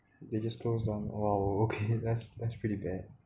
they just closed down !whoa! okay that's that's pretty bad